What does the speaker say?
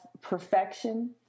perfection